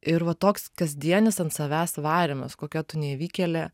ir va toks kasdienis ant savęs varymas kokia tu nevykėlė